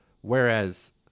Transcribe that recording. Whereas